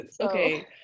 Okay